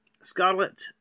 Scarlet